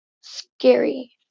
scary